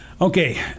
Okay